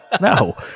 no